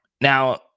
Now